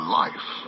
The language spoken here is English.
life